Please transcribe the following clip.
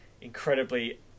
incredibly